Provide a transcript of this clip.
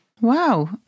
Wow